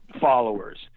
followers